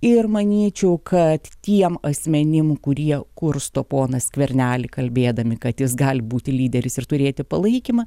ir manyčiau kad tiem asmenim kurie kursto poną skvernelį kalbėdami kad jis gali būti lyderis ir turėti palaikymą